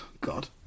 God